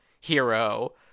hero